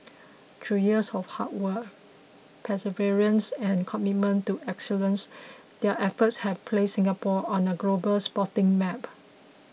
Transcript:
through years of hard work perseverance and commitment to excellence their efforts have placed Singapore on the global sporting map